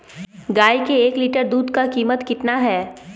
गाय के एक लीटर दूध का कीमत कितना है?